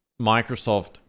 Microsoft